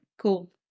cool